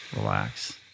relax